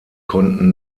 konnten